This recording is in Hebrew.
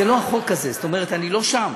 זה לא החוק הזה, זאת אומרת, אני לא שם.